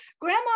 grandma